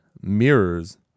Mirrors